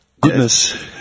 goodness